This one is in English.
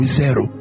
zero